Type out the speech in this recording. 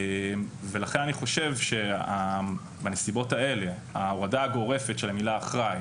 לכן אני חושב שבנסיבות האלה ההורדה הגורפת של המילה אחראי